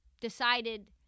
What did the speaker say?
decided